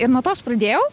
ir nuo tos pradėjau